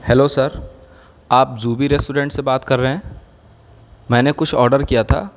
hello sir آپ زوبی restaurant سے بات کر رہے ہیں میں نے کچھ آڈر کیا تھا